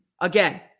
Again